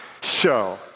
show